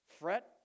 fret